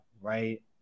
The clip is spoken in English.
right